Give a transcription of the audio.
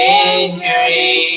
injury